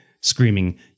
screaming